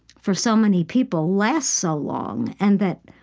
for so many people, lasts so long and that